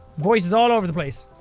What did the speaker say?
voices all over the place.